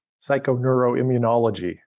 psychoneuroimmunology